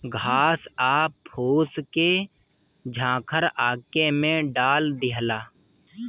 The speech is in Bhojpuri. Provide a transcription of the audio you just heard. घास आ फूस के झंखार एके में डाल दियाला